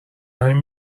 همین